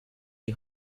die